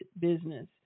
business